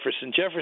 Jefferson